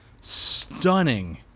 stunning